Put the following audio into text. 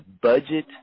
budget